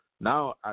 Now